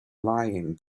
lying